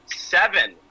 seven